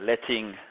letting